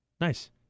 nice